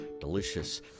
Delicious